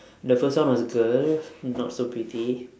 the first one was girl not so pretty